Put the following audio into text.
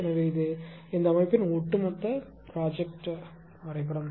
எனவே இது இந்த அமைப்பின் ஒட்டுமொத்த திட்ட வரைபடம்